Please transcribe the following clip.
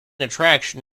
attraction